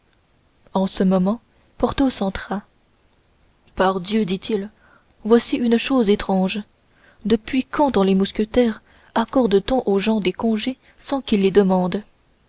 en ce moment porthos entra pardieu dit-il voici une chose étrange depuis quand dans les mousquetaires accorde t on aux gens des congés sans qu'ils les demandent